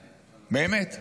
באמת,